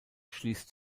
schließt